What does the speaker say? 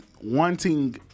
wanting